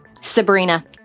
Sabrina